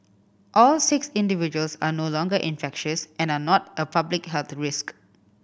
all six individuals are no longer infectious and are not a public health risk